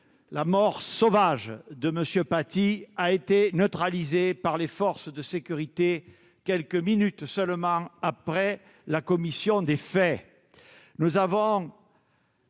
sauvage de Samuel Paty a été neutralisé par les forces de sécurité quelques minutes seulement après la commission des faits ? Sous